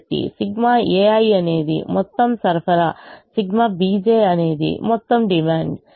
కాబట్టి ∑ ai అనేది మొత్తం సరఫరా ∑ bj అనేది మొత్తం డిమాండ్